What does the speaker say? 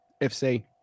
FC